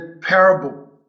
parable